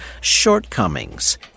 shortcomings